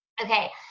Okay